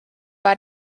war